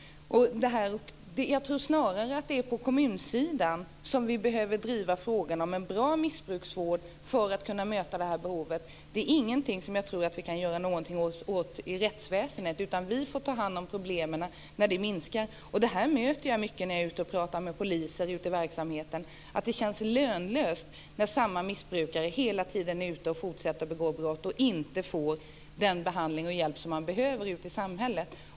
Jag tror snarare att det är på kommunsidan som vi behöver driva frågan om en bra missbruksvård för att kunna möta detta behov. Det är ingenting som jag tror att vi kan göra någonting åt i rättsväsendet. Vi får ta hand om problemen när det minskar. När jag är ute och talar med poliser ute i verksamheten så möter jag detta att det känns lönlöst när samma missbrukare hela tiden är ute och fortsätter att begå brott och inte får den behandling och hjälp som de behöver ute i samhället.